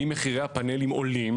אם מחירי הפנלים עולים,